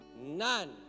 None